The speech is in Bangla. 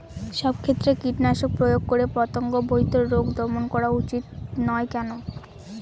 সব ক্ষেত্রে কীটনাশক প্রয়োগ করে পতঙ্গ বাহিত রোগ দমন করা উচিৎ নয় কেন?